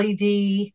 LED